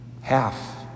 half